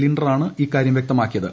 ലിൻഡറാണ് ഇക്കാര്യം വ്യക്തമാക്കിയത്